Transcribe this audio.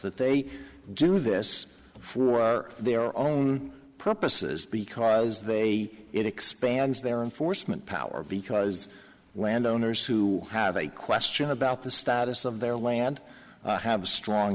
that they do this for their own purposes because they it expands their own foresman power because landowners who have a question about the status of their land have a strong